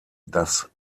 das